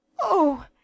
Oh